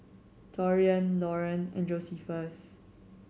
Taurean Lauren and Josephus